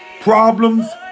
problems